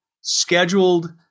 scheduled